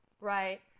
right